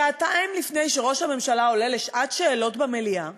שעתיים לפני שראש הממשלה עולה לשעת שאלות במליאה,